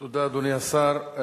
תודה, אדוני השר.